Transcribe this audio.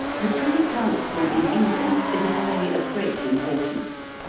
the privy council in england is a body of great importance.